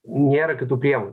nėra kitų priemonių